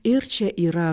ir čia yra